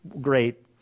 great